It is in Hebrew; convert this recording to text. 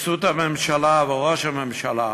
רפיסות הממשלה וראש הממשלה